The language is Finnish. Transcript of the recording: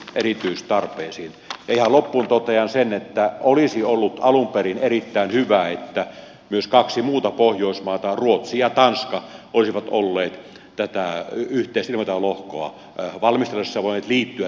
ihan loppuun totean sen että olisi ollut alun perin erittäin hyvä että myös nämä kaksi muuta pohjoismaata ruotsi ja tanska olisivat tätä yhteistä ilmatilalohkoa valmistellessaan voineet liittyä tähän samaan järjestelyyn